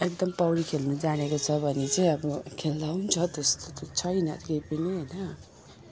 एकदम पौडी खेल्न जानेको छ भने चाहिँ अब खेल्दा हुन्छ त्यस्तो त छैन केही पनि होइन